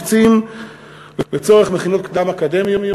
מקצות לצורך מכינות קדם-אקדמיות: